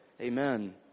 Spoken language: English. Amen